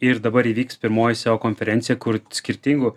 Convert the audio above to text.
ir dabar įvyks pirmoji seo konferencija kur skirtingų